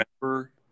remember